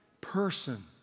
person